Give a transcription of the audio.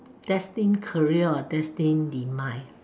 destine career or destine demise